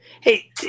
Hey